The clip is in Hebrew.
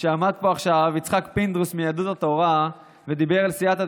עמד פה עכשיו יצחק פינדרוס מיהדות התורה ודיבר על סייעתא